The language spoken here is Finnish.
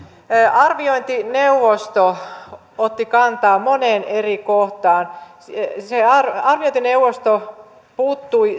arviointineuvosto otti kantaa moneen eri kohtaan arviointineuvosto puuttui